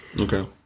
okay